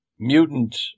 mutant